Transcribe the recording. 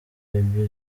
baby